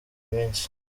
minsi